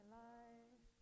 life